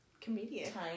comedian